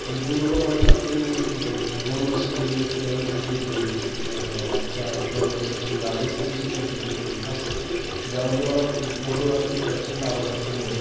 आणि दूरवर म्हटलात तर मी दोन वर्षापूर्वी एक केरळची ट्रिप केली मागच्या दोन वर्षापूर्वी राजस्थानची पण एक ट्रिप केली खास ज्यामध्ये मला फ फोटोग्राफीची प्रचंड आवड असल्यामुळे